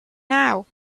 now